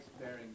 bearing